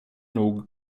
nog